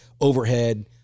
Overhead